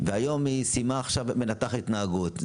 עכשיו היא סיימה לימודים של מנתחת התנהגות.